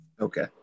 Okay